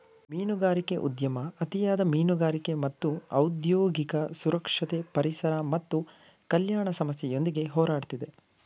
ಮೀನುಗಾರಿಕೆ ಉದ್ಯಮ ಅತಿಯಾದ ಮೀನುಗಾರಿಕೆ ಮತ್ತು ಔದ್ಯೋಗಿಕ ಸುರಕ್ಷತೆ ಪರಿಸರ ಮತ್ತು ಕಲ್ಯಾಣ ಸಮಸ್ಯೆಯೊಂದಿಗೆ ಹೋರಾಡ್ತಿದೆ